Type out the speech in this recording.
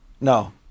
No